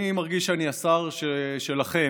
אני מרגיש שאני השר שלכם,